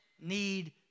need